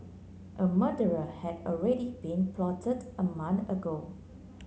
a murderer had already been plotted a month ago